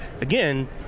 again